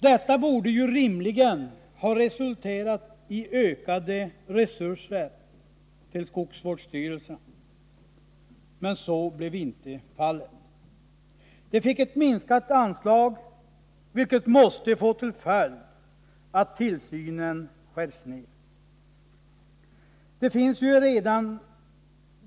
Detta borde rimligen ha resulterat i ökade resurser till skogsvårdsstyrelserna, men så blev inte fallet. De fick ett minskat anslag, vilket måste få till följd att tillsynen skärs ner.